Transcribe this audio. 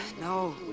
No